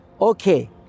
Okay